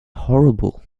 horrible